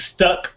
stuck